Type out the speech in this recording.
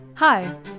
Hi